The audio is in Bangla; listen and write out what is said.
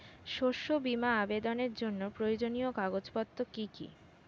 শস্য বীমা আবেদনের জন্য প্রয়োজনীয় কাগজপত্র কি কি?